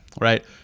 right